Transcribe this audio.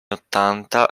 ottanta